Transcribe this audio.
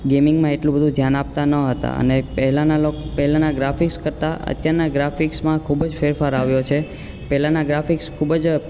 ગેમિંગમાં એટલું બધુ ધ્યાન આપતા ન હતા અને પહેલાના લોકો પહેલાના ગ્રાફીક્સ કરતાં અત્યારના ગ્રાફીક્સમાં ખૂબ જ ફેરફાર આવ્યો છે પેલાના ગ્રાફીક્સ ખૂબ જ